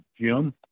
Jim